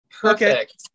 perfect